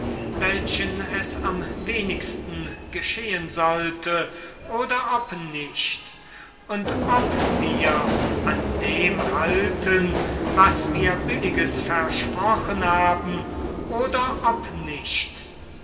welchen es am wenigsten geschehen sollte oder nicht und halten wir fest an den was wir gerechtes versprochen haben oder nicht